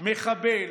"מחבל",